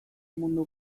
mundu